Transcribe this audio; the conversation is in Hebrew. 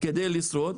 כדי לשרוד.